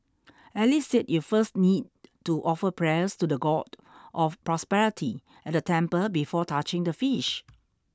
Alice said you first need to offer prayers to the God of Prosperity at the temple before touching the fish